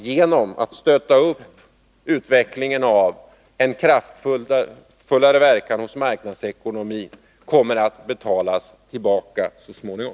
Genom att de möjliggör en kraftfullare verkan hos arbetsmarknadsekonomin kommer de att kunna betalas tillbaka så småningom.